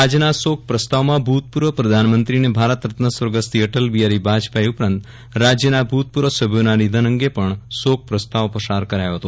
આજના શોક પ્રસ્તાવમાં ભૂતપૂર્વ પ્રધાનમંત્રી અને ભારત રત્ન સ્વર્ગસ્થ શ્રી અટલ બિહારી વાજપેયી ઉપરાંત રાજ્યના ભૂતપૂર્વ સભ્યોના નિધન અંગે પણ શોકપ્રસ્તાવ પસાર કરાયો હતો